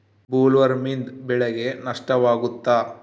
ಬೊಲ್ವರ್ಮ್ನಿಂದ ಬೆಳೆಗೆ ನಷ್ಟವಾಗುತ್ತ?